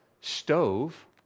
stove